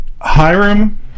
Hiram